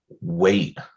wait